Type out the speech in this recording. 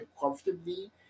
comfortably